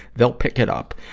they'll pick it up.